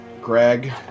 Greg